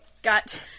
Got